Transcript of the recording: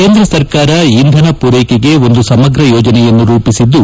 ಕೇಂದ್ರ ಸರ್ಕಾರ ಇಂಧನ ಪೂರೈಕೆಗೆ ಒಂದು ಸಮಗ್ರ ಯೋಜನೆಯನ್ನು ರೂಪಿಸಿದ್ದು